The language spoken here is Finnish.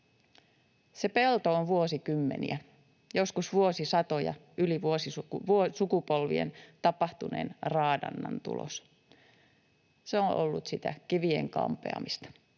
Se pelto on vuosikymmeniä, joskus vuosisatoja kestäneen, yli sukupolvien tapahtuneen raadannan tulos. Se on ollut sitä kivien kampeamista,